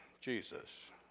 Jesus